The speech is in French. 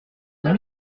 cent